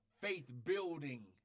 faith-building